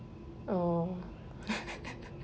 oh